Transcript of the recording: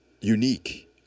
unique